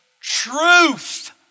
truth